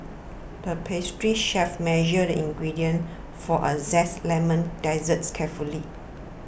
the pastry chef measured the ingredients for a Zesty Lemon Dessert carefully